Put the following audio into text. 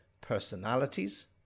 personalities